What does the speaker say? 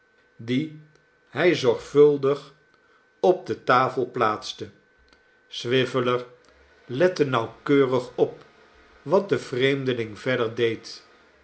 dien hij zorgvuldig op nelly de tafel plaatste swiveller lette nauwkeurig op wat de vreemdeling verder deed